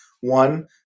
One